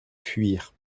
fuir